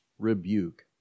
rebuke